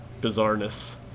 bizarreness